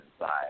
inside